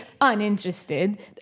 uninterested